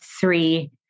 three